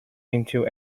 into